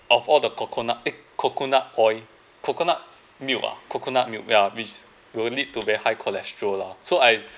of all the coconut eh coconut oil coconut milk ah coconut milk ya which it will lead to very high cholesterol lah so I